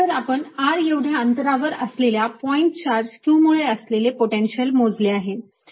तर आपण r एवढ्या अंतरावर असलेल्या पॉईंट चार्ज q मुळे असलेले पोटेन्शियल मोजले आहे